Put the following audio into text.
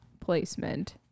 placement